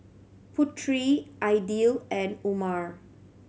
Putri Aidil and Umar